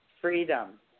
freedom